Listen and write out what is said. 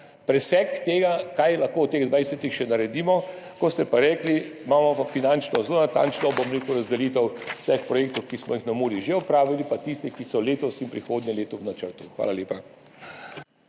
presek tega, kaj lahko v teh 20 kilometrih še naredimo. Kot ste pa rekli, imamo finančno zelo natančno razdelitev vseh projektov, ki smo jih na Muri že opravili, pa tistih, ki so letos in prihodnje leto v načrtu. Hvala lepa.